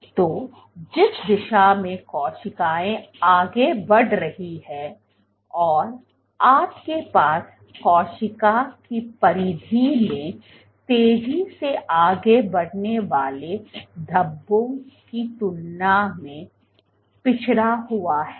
तो जिस दिशा में कोशिकाएं आगे बढ़ रही हैं और आपके पास कोशिका की परिधि में तेजी से आगे बढ़ने वाले धब्बे की तुलना में पिछड़ा हुआ है